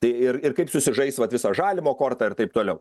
tai ir ir kaip sužais vat visa žalimo korta ir taip toliau